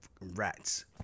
rats